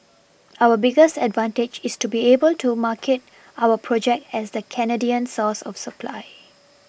our biggest advantage is to be able to market our project as a Canadian source of supply